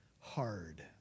hard